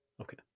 Okay